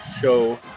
show